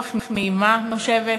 רוח נעימה נושבת,